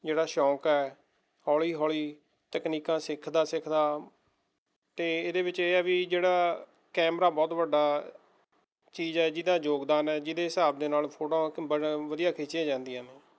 ਜਿਹੜਾ ਸ਼ੌਂਕ ਹੈ ਹੌਲੀ ਹੌਲੀ ਤਕਨੀਕਾਂ ਸਿੱਖਦਾ ਸਿੱਖਦਾ ਅਤੇ ਇਹਦੇ ਵਿੱਚ ਇਹ ਹੈ ਵੀ ਜਿਹੜਾ ਕੈਮਰਾ ਬਹੁਤ ਵੱਡਾ ਚੀਜ਼ ਹੈ ਜਿਹਦਾ ਯੋਗਦਾਨ ਹੈ ਜਿਹਦੇ ਹਿਸਾਬ ਦੇ ਨਾਲ ਫੋਟੋਆਂ ਵਧੀਆ ਖਿੱਚੀਆਂ ਜਾਂਦੀਆਂ ਨੇ